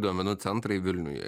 duomenų centrai vilniuje